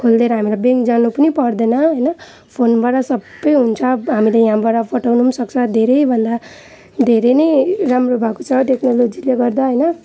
खलिदिएर हामीलाई ब्याङ्क जानु पनि पर्दैन होइन फोनबाट सबै हुन्छ हामीले यहाँबाट पठाउनु पनि सक्छ धेरैभन्दा धेरै नै राम्रो भएको छ टेक्नोलोजीले गर्दा होइन